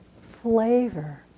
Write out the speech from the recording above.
flavor